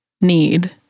need